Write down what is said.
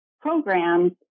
programs